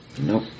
Nope